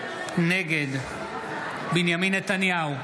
נגד בנימין נתניהו,